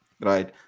right